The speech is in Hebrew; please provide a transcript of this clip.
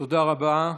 תודה רבה.